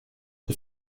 the